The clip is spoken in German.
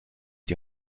die